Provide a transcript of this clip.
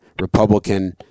Republican